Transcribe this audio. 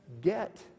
get